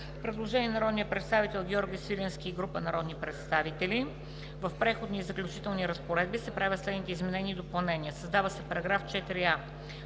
Предложение на народния представител Георги Свиленски и група народни представители: „В Преходни и заключителни разпоредби се правят следните изменения и допълнения: Създава се § 4а: ,,§ 4а.